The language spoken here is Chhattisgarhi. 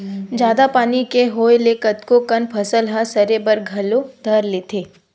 जादा पानी के होय ले कतको कन फसल ह सरे बर घलो धर लेथे